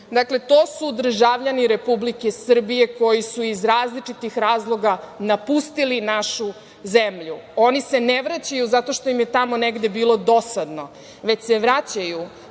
Dakle, to su državljani Republike Srbije koji su iz različitih razloga napustili našu zemlju. Oni se ne vraćaju zato što im je tamo negde bilo dosadno, već se vraćaju